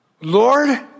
Lord